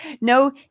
no